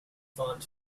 font